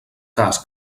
cas